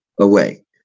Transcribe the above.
away